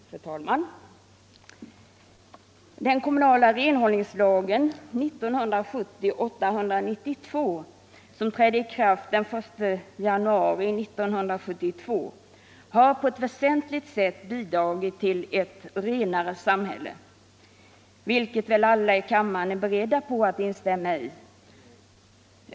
Fru talman! Den kommunala renhållningslagen, som trädde i kraft den 1 januari 1972, har på ett väsentligt sätt bidragit till ”ett renare samhälle”, vilket väl alla i kammaren är beredda att instämma i.